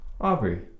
Aubrey